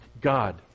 God